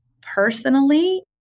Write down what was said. personally